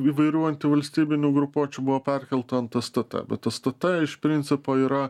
įvairių antivalstybinių grupuočių buvo perkelta ant stt bet stt iš principo yra